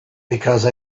because